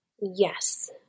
Yes